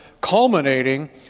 culminating